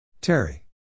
Terry